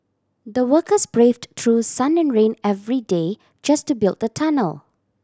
the workers braved through sun and rain every day just to build the tunnel